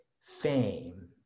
fame